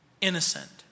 Innocent